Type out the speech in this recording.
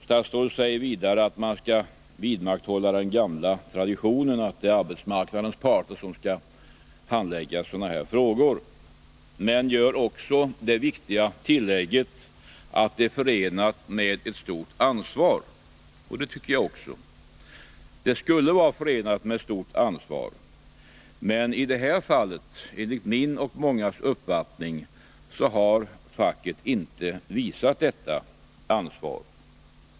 Statsrådet säger vidare att man skall vidmakthålla den gamla traditionen att det är arbetsmarknadens parter som handlägger sådana här frågor, men han gör också det viktiga tillägget att det är förenat med ett stort ansvar, och det tycker också jag. Det borde vara förenat med stort ansvar. Men i det här fallet har, enligt min och mångas uppfattning, facket inte visat detta ansvar.